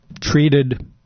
treated